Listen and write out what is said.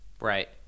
Right